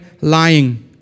lying